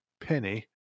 Penny